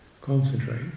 Concentrate